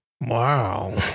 Wow